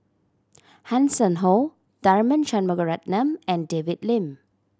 Hanson Ho Tharman Shanmugaratnam and David Lim